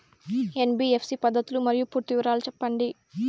NBFC పద్ధతులు మరియు పూర్తి వివరాలు సెప్పండి?